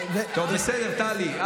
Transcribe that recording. טוב, בסדר, טלי.